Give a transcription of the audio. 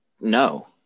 No